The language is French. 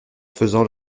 faisant